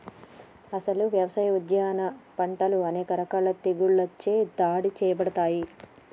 అసలు యవసాయ, ఉద్యాన పంటలు అనేక రకాల తెగుళ్ళచే దాడి సేయబడతాయి